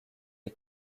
les